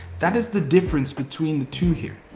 that is the difference between the two here.